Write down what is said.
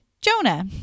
Jonah